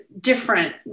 different